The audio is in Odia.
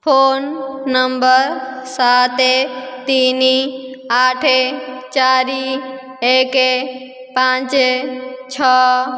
ଫୋନ ନମ୍ବର ସାତ ତିନି ଆଠ ଚାରି ଏକ ପାଞ୍ଚ ଛଅ